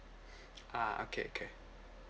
ah okay okay